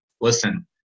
Listen